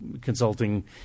consulting